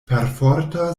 perforta